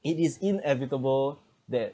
it is inevitable that